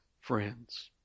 friends